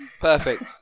Perfect